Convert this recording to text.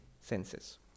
senses